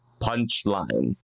punchline